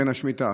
קרן השמיטה.